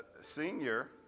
senior